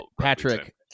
Patrick